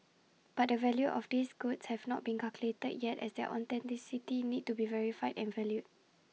but the value of these goods have not been calculated yet as their authenticity need to be verified and valued